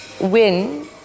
win